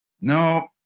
No